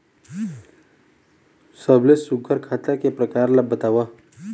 सबले सुघ्घर खाता के प्रकार ला बताव?